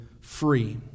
free